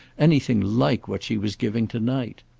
anything like what she was giving tonight.